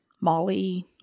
molly